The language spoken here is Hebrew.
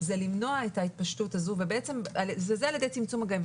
זה למנוע את ההתפשטות הזו וזה על ידי צמצום מגעים.